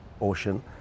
ocean